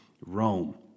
Rome